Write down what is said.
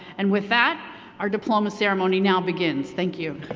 and with that our diploma ceremony now begins, thank you.